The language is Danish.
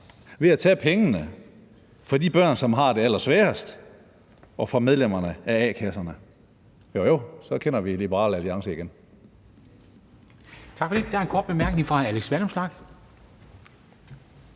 ved at tage pengene fra de børn, som har det allersværest, og fra medlemmerne af a-kasserne. Jo, jo, så kender vi Liberal Alliance igen.